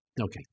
Okay